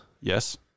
Yes